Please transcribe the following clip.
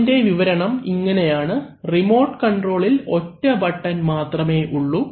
അതിൻറെ വിവരണം ഇങ്ങനെയാണ് റിമോട്ട് കൺട്രോളിൽ ഒറ്റ ബട്ടൺ മാത്രമേ ഉള്ളൂ